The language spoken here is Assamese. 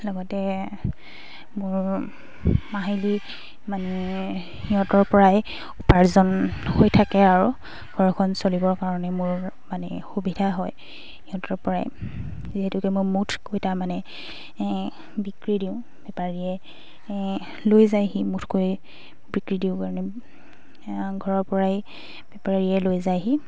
লগতে মোৰ মাহিলী মানে সিহঁতৰ পৰাই উপাৰ্জন হৈ থাকে আৰু ঘৰখন চলিবৰ কাৰণে মোৰ মানে সুবিধা হয় সিহঁতৰ পৰাই যিহেতুকে মই মুঠকৈ তাৰমানে বিক্ৰী দিওঁ বেপাৰীয়ে লৈ যায়হি মুঠকৈ বিক্ৰী দিওঁ কাৰণে ঘৰৰ পৰাই বেপাৰীয়ে লৈ যায়হি